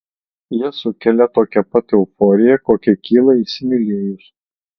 jie sukelia tokią pat euforiją kokia kyla įsimylėjus